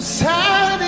sad